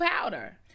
powder